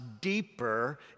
deeper